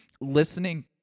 listening